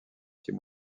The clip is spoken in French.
six